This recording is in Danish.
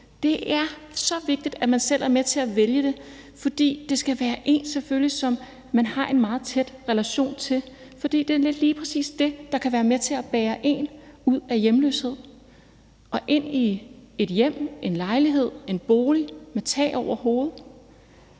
Det er så vigtigt, at man selv er med til at vælge det, for det skal selvfølgelig være en, som man har en meget tæt relation til. For det er lige præcis det, der kan være med til at bære en ud af hjemløshed og ind i et hjem, en lejlighed, en bolig med tag over hovedet.